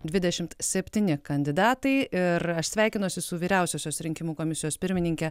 dvidešimt septyni kandidatai ir aš sveikinuosi su vyriausiosios rinkimų komisijos pirmininke